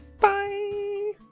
Bye